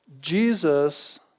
Jesus